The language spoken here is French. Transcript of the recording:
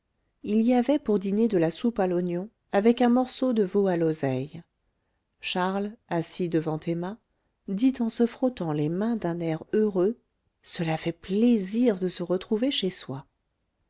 il y avait pour dîner de la soupe à l'oignon avec un morceau de veau à l'oseille charles assis devant emma dit en se frottant les mains d'un air heureux cela fait plaisir de se retrouver chez soi